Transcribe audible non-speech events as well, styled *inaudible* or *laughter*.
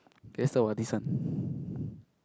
best about this one *breath*